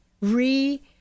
re